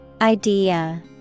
Idea